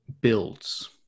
builds